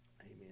Amen